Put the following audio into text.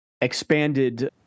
expanded